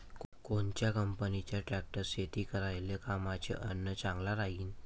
कोनच्या कंपनीचा ट्रॅक्टर शेती करायले कामाचे अन चांगला राहीनं?